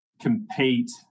compete